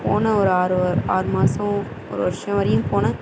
போனேன் ஒரு ஆறு ஆறு மாசம் ஒரு வருஷம் வரையும் போனேன்